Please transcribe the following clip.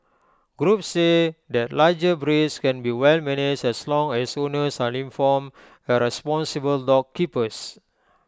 groups say that larger breeds can be well managed as long as owners are informed and responsible dog keepers